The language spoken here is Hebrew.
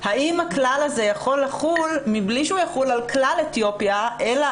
האם הכלל הזה יכול לחול מבלי שהוא חל על כלל אתיופיה אלא